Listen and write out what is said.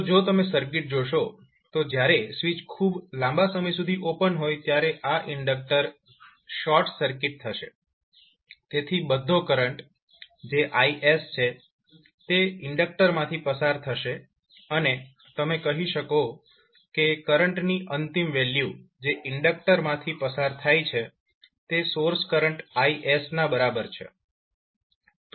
તો જો તમે સર્કિટ જોશો તો જ્યારે સ્વીચ ખુબ લાંબા સમય માટે ઓપન હોય ત્યારે આ ઇન્ડક્ટર શોર્ટ સર્કિટ થશે તેથી બધો કરંટ જે Is છે તે ઇન્ડક્ટર માંથી પસાર થશે અને તમે કહી શકો કે કરંટની અંતિમ વેલ્યુ જે ઇન્ડક્ટર માંથી પસાર થાય છે તે સોર્સ કરંટ Is ના બરાબર છે